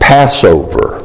Passover